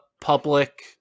public